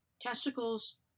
Testicles